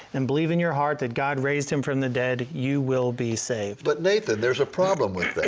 and believe in your heart that god raised him from the dead you will be saved. but, nathan there is a problem with that.